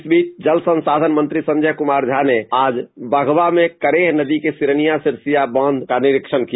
इस बीच आज जल संसाधन मंत्री संजय कुमार झा ने आज बघवा में करेह नदी के सिरनियां सिरसियां बांए तटबंध का निरीक्षण किया